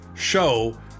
Show